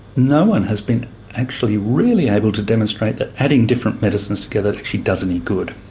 no one has been actually really able to demonstrate that adding different medicines together actually does any good.